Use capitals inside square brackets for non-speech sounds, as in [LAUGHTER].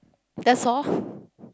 that's all [BREATH]